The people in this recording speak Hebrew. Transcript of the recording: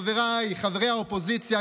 חבריי חברי האופוזיציה,